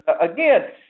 Again